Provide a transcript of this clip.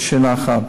זאת שאלה אחת,